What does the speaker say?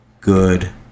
Good